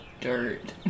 dirt